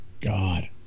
god